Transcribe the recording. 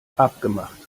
abgemacht